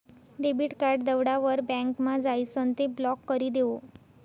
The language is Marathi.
डेबिट कार्ड दवडावर बँकमा जाइसन ते ब्लॉक करी देवो